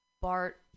Bart